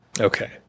Okay